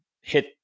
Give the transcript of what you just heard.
hit